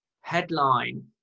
headline